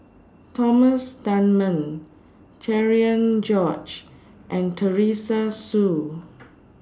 Thomas Dunman Cherian George and Teresa Hsu